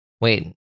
wait